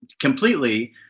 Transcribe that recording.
completely